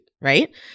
right